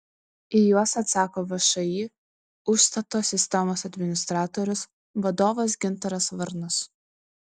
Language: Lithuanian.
į juos atsako všį užstato sistemos administratorius vadovas gintaras varnas